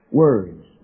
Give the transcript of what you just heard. words